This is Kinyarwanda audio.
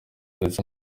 ndetse